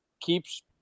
keeps